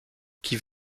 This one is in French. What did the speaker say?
qui